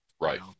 Right